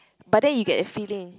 but then you get a feeling